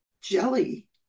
jelly